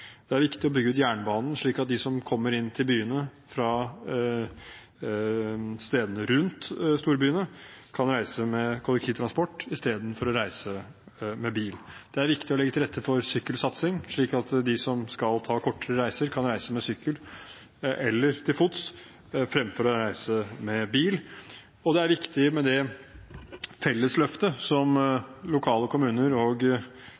Det er viktig å bygge ut jernbanen, slik at de som kommer inn til byene fra stedene rundt storbyene, kan reise med kollektivtransport i stedet for å reise med bil. Det er viktig å legge til rette for sykkelsatsing, slik at de som skal ta kortere reiser, kan reise med sykkel eller til fots fremfor å reise med bil. Og det er viktig med det fellesløftet som kommunene lokalt og